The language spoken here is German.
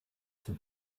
zur